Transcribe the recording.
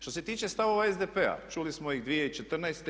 Što se tiče stavova SDP-a čuli smo i 2014.